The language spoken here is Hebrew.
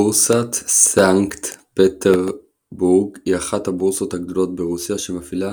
בורסת סנקט פטרבורג היא אחת הבורסות הגדולות ברוסיה שמפעילה